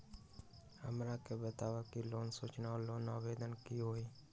हमरा के बताव कि लोन सूचना और लोन आवेदन की होई?